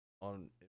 on